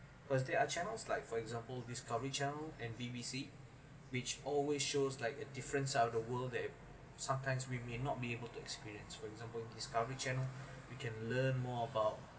first there are channels like for example discovery channel and B_B_C which always shows like a different side of the world that sometimes we may not be able to experience for example discovery channel we can learn more about